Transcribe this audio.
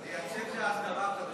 "לייצב" זה ההסדרה החדשה.